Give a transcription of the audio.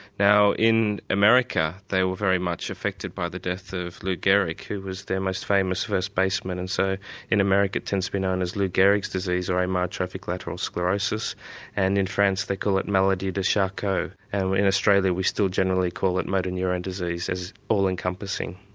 now in america, they were very much affected by the death of lou gehrig, who was their most famous first baseman and so in america it tends to be known as lou gehrig's disease or amyotrophic lateral sclerosis and in france they call it malady de charcot and in australia we still generally call it motor neurone disease as all encompassing.